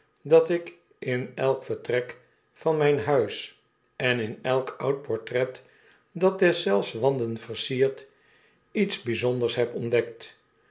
dat ik in elk vertrek van myn huis en in elk oud portret dat deszelfs wanden versiert iets byzonders heb ontdekt